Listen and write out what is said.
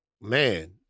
man